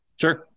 Sure